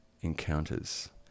encounters